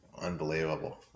Unbelievable